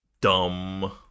dumb